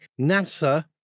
NASA